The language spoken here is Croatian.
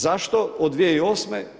Zašto od 2008.